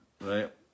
right